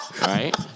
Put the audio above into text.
Right